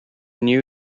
knew